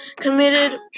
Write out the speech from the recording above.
committed